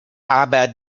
aber